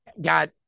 got